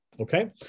Okay